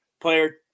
Player